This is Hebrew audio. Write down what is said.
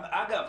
אגב,